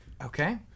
Okay